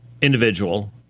individual